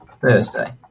thursday